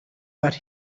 but